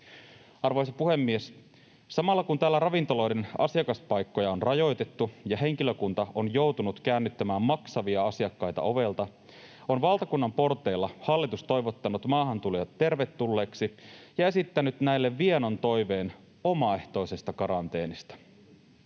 Arvoisa puhemies! Samalla kun täällä ravintoloiden asiakaspaikkoja on rajoitettu ja henkilökunta on joutunut käännyttämään maksavia asiakkaita ovelta, on valtakunnan porteilla hallitus toivottanut maahantulijat tervetulleiksi ja esittänyt näille vienon toiveen omaehtoisesta karanteenista.